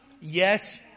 Yes